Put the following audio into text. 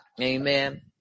Amen